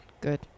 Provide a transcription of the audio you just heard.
good